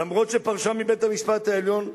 למרות שפרשה מבית-המשפט העליון".